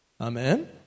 Amen